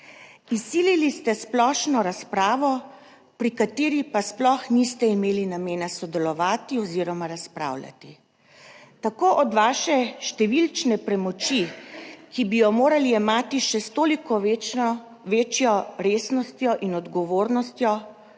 Izsilili ste splošno razpravo, pri kateri pa sploh niste imeli namena sodelovati oziroma razpravljati; tako od vaše številčne premoči, ki bi jo morali jemati še s toliko večjo resnostjo in odgovornostjo,